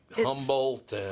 Humboldt